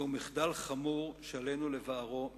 זהו מחדל חמור שעלינו לבערו מקרבנו.